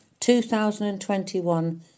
2021